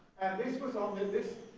this was on and this,